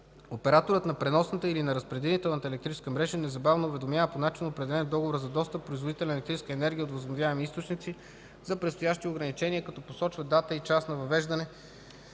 Операторът на преносната или на разпределителната електрическа мрежа незабавно уведомява по начин, определен в договора за достъп, производителя на електрическа енергия от възобновяеми източници за предстоящи ограничения, като посочва дата и час на въвеждане